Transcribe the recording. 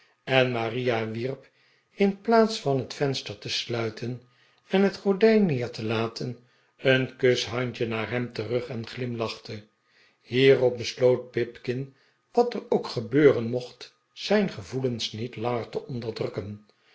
en maria wierp in plaats van het venster te sluiten en het gordijn neer te laten een kushandje naar hem terug en glimlachte hierop besioot pipkin wat er ook gebeuren mocht zijn gevoelens niet langer te onderdrukken